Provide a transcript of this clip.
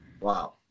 Wow